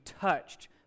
touched